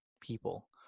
people